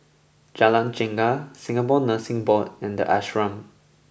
Jalan Chegar Singapore Nursing Board and The Ashram